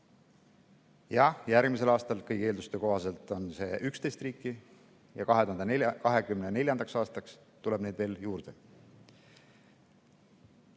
Jah, järgmisel aastal on kõigi eelduste kohaselt neid riike 11 ja 2024. aastaks tuleb neid veel juurde.